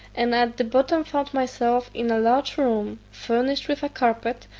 and at the bottom found myself in a large room, furnished with a carpet,